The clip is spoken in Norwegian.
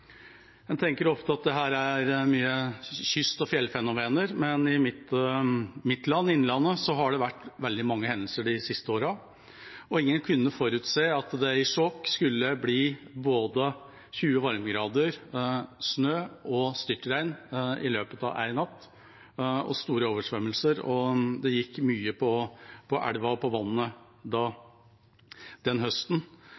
En tenker ofte at dette er mye kyst- og fjellfenomener, men i mitt «land», Innlandet, har det vært veldig mange hendelser de siste åra. Ingen kunne forutse at det i Skjåk skulle bli både 20 varmegrader, snø og styrtregn i løpet av én natt og store oversvømmelser. Det gikk mye på elva og på vannet